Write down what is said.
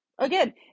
Again